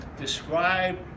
describe